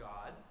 God